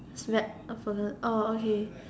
that oh okay